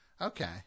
Okay